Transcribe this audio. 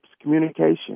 communication